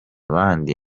abandi